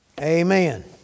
Amen